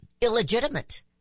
illegitimate